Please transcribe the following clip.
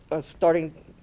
starting